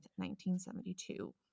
1972